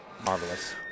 marvelous